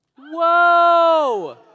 Whoa